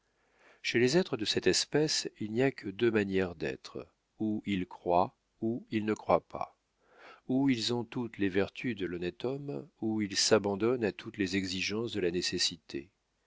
chez les êtres de cette espèce il n'y a que deux manières d'être ou ils croient ou ils ne croient pas ou ils ont toutes les vertus de l'honnête homme ou ils s'abandonnent à toutes les exigences de la nécessité